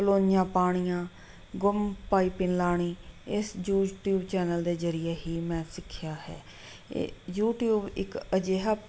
ਪਲੌਈਆਂ ਪਾਉਣੀਆਂ ਗੁੰਮ ਪਾਈਪੀਨ ਲਗਾਉਣੀ ਇਸ ਯੂਜ਼ਟਿਊਬ ਚੈਨਲ ਦੇ ਜ਼ਰੀਏ ਹੀ ਮੈਂ ਸਿੱਖਿਆ ਹੈ ਇਹ ਯੂਟਿਊਬ ਇੱਕ ਅਜਿਹਾ